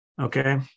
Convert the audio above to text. Okay